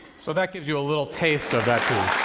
so that gives you a little taste of that